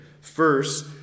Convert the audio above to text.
First